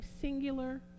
singular